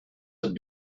had